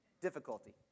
difficulty